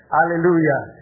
Hallelujah